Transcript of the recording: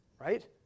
right